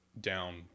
down